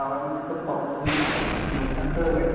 माबानि सथबावमोननि मोगथांखो होबाय